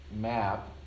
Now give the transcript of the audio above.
map